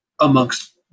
amongst